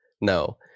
no